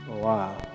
Wow